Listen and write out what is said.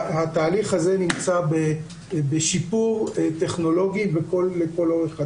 התהליך הזה נמצא בשיפור טכנולוגי ופועל לכל אורך הדרך.